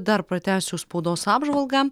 dar pratęsiu spaudos apžvalgą